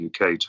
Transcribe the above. UK